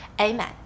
Amen